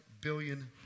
billion